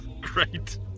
Great